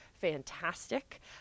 fantastic